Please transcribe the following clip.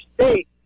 state